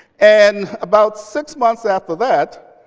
and about six months after that,